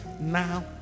Now